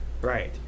right